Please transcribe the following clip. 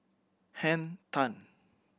Henn Tan